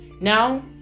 now